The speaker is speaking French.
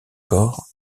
corps